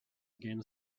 again